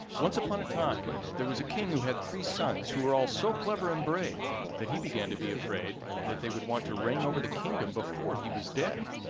once upon a time there was a king who had three sons, who were all so clever and brave that he began to be afraid that they would want to reign over the kingdom before he was dead.